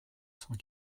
cent